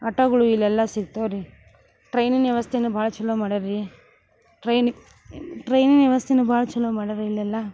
ಆಟೋಗಳು ಇಲ್ಲೆಲ್ಲಾ ಸಿಗ್ತವ್ರೀ ಟ್ರೈನಿನ ವ್ಯವಸ್ಥೆನು ಭಾಳ ಛಲೋ ಮಾಡ್ಯಾರ್ರೀ ಟ್ರೈನಿ ಟ್ರೈನಿನ ವ್ಯವಸ್ಥೆನು ಭಾಳ ಛಲೋ ಮಾಡ್ಯಾರ್ರೀ ಇಲ್ಲೆಲ್ಲ